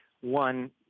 one